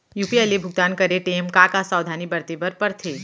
UPI ले भुगतान करे टेम का का सावधानी बरते बर परथे